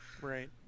Right